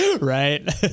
Right